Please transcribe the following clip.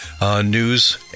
news